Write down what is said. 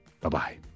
Bye-bye